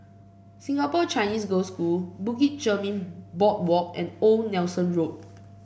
Singapore Chinese Girls' School Bukit Chermin Boardwalk and Old Nelson Road